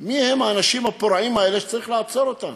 מי הם האנשים הפורעים האלה שצריך לעצור אותם?